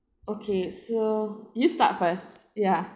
okay so you start first ya